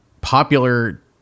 popular